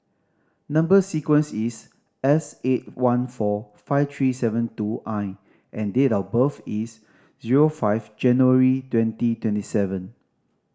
number sequence is S eight one four five three seven two I and date of birth is zero five January twenty twenty seven